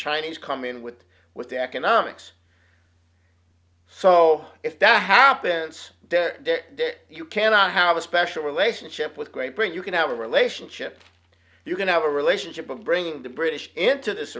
chinese come in with with economics so if that happens you cannot have a special relationship with great bring you can have a relationship you can have a relationship of bringing the british into this